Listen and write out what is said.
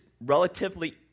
relatively